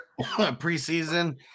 preseason